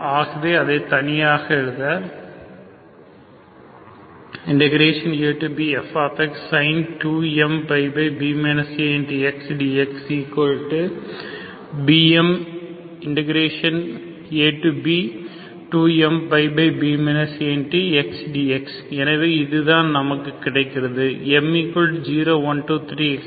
ஆகவே அதை தனியாக எழுத abfsin2mπb axdx bmab2mπb a xdx எனவே இதுதான் நமக்கு கிடைக்கிறது m 0 12